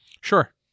Sure